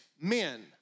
men